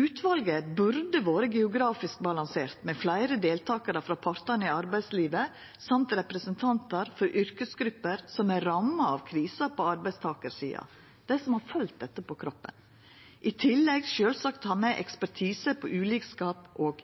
Utvalet burde vore geografisk balansert med fleire deltakarar frå partane i arbeidslivet og representantar for yrkesgrupper som er ramma av krisa på arbeidstakarsida – dei som har følt dette på kroppen – og i tillegg sjølvsagt ha med ekspertise på